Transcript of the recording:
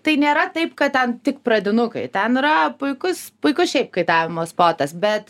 tai nėra taip kad ten tik pradinukai ten yra puikus puikus šiaip kaitavimo spotas bet